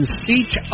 speech